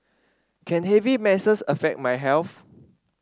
can heavy menses affect my health